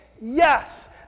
Yes